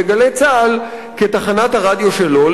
ב"גלי צה"ל" כתחנת הרדיו שלו.